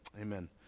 amen